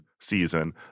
season